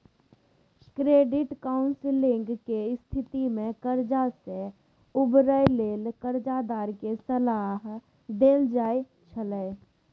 credit counselling के स्थिति में कर्जा से उबरय लेल कर्जदार के सलाह देल जाइ छइ